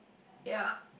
ya